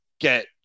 get